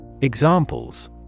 Examples